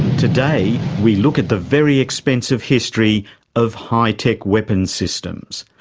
today we look at the very expensive history of high-tech weapons systems.